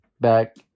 back